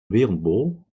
wereldbol